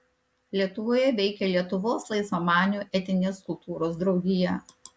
lietuvoje veikė lietuvos laisvamanių etinės kultūros draugija